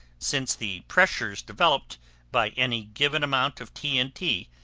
since the pressures developed by any given amount of t n t.